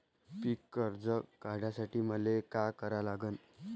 पिक कर्ज काढासाठी मले का करा लागन?